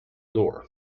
door